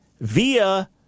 via